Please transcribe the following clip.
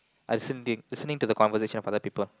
I'll listening listening to the conversation of other people